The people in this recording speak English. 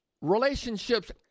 Relationships